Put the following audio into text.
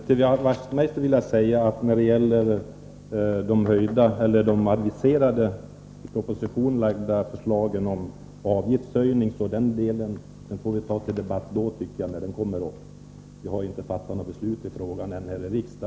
Herr talman! Till Knut Wachtmeister vill jag säga att propositionsförslaget om avgiftshöjningar får debatteras när den frågan kommer upp. Vi har inte fattat något beslut än här i riksdagen om detta.